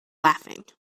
laughing